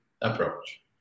approach